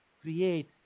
create